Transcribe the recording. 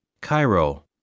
Cairo